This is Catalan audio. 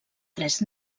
tres